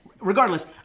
regardless